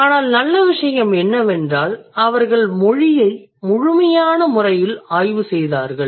ஆனால் நல்ல விசயம் என்னவென்றால் அவர்கள் மொழியை முழுமையான முறையில் ஆய்வு செய்தார்கள்